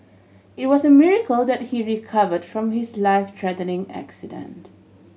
it was a miracle that he recovered from his life threatening accident